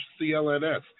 CLNS